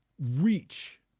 reach